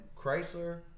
Chrysler